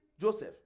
Joseph